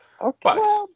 Okay